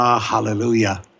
Hallelujah